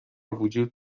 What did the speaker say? وجود